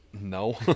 No